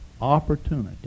opportunity